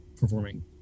performing